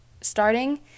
starting